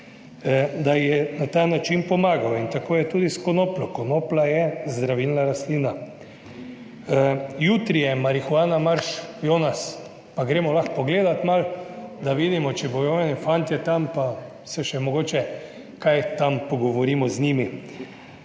ji je na ta način pomagal. In tako je tudi s konopljo: konoplja je zdravilna rastlina. Jutri je Marihuana Marš. Jonas, a gremo lahko pogledati malo, da vidimo, če bodo eni fantje tam pa se še mogoče kaj tam pogovorimo z njimi.